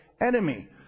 enemy